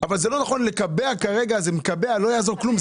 אבל זה לא נכון לקבע כרגע ולא יעזור כלום,